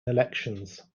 elections